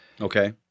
Okay